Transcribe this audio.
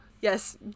Yes